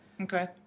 Okay